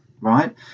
Right